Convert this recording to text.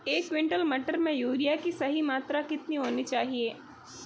एक क्विंटल मटर में यूरिया की सही मात्रा कितनी होनी चाहिए?